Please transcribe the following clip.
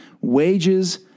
wages